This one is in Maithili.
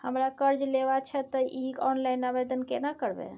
हमरा कर्ज लेबा छै त इ ऑनलाइन आवेदन केना करबै?